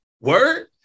Word